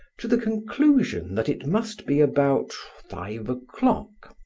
to the conclusion that it must be about five o'clock.